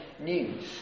news